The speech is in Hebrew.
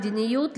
הנפוצים ביותר,